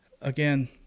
again